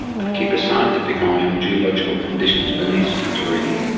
but keep a scientific eye on geological conditions beneath santorini.